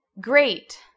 Great